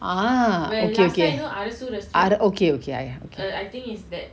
ah okay okay okay okay I okay you know arasu restaurant okay okay ah I think is that